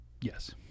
Yes